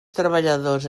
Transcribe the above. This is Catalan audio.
treballadors